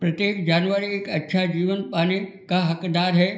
प्रत्येक जानवर एक अच्छा जीवन पाने का हकदार है